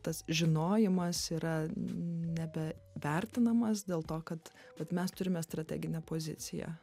tas žinojimas yra nebevertinamas dėl to kad vat mes turime strateginę poziciją